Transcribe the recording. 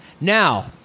Now